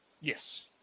yes